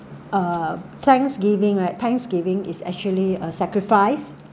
thanksgiving right thanksgiving is actually a sacrifice uh